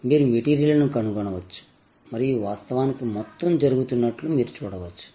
మీరు మెటీరియల్ ను కనుగొనవచ్చు మరియు వాస్తవానికి మొత్తం జరుగుతున్నట్లు మీరు చూడవచ్చు